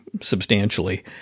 substantially